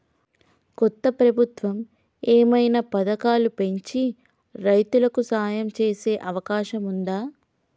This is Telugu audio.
కొత్త ప్రభుత్వం ఏమైనా పథకాలు పెంచి రైతులకు సాయం చేసే అవకాశం ఉందా?